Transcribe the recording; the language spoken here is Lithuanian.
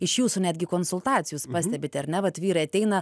iš jūsų netgi konsultacijų jūs pastebite ar ne vat vyrai ateina